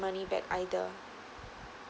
money back either